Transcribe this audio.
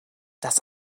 das